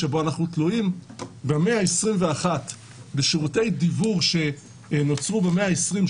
שבו אנחנו תלויים במאה ה-21 בשירותי דיוור שנוצרו במאה ה-20,